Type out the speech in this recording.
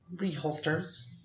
reholsters